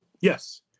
Yes